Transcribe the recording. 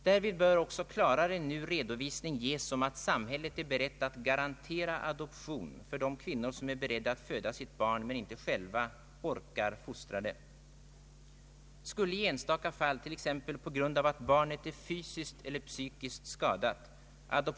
Å andra sidan framhölls att i ett öppet samhälle med fri debatt måste det anses rimligt att allmänheten bereds tillfälle att genom massmedia informera sig om vad en abort egentligen innebär.